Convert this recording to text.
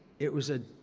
it was a,